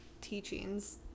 teachings